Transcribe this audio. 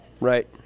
right